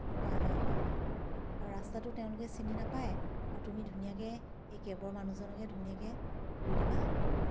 হয় হয় হয় আৰু ৰাস্তাটো তেওঁলোকে চিনি নপায় আৰু তুমি ধুনীয়াকৈ সেই কেবৰ মানুহজনক ধুনীয়াকৈ কৈ দিবা